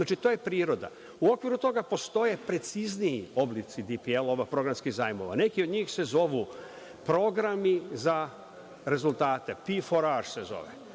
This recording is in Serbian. to je priroda.U okviru toga postoje precizniji oblici DPL-ova, programskih zajmova, neki od njih se zovu programi za rezultate „pi foraž“ se zove.